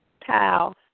pal